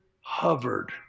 hovered